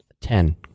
Ten